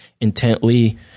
intently